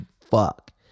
fuck